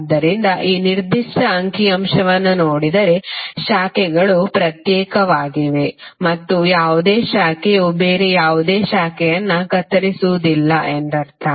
ಆದ್ದರಿಂದ ಈ ನಿರ್ದಿಷ್ಟ ಅಂಕಿ ಅಂಶವನ್ನು ನೋಡಿದರೆ ಶಾಖೆಗಳು ಪ್ರತ್ಯೇಕವಾಗಿವೆ ಮತ್ತು ಯಾವುದೇ ಶಾಖೆಯು ಬೇರೆ ಯಾವುದೇ ಶಾಖೆಯನ್ನು ಕತ್ತರಿಸುವುದಿಲ್ಲ ಎಂದರ್ಥ